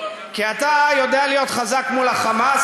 כי אתה יודע להיות חזק מול ה"חמאס",